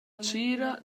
tgira